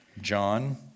John